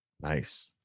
Nice